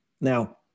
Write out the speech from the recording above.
Now